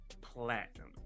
platinum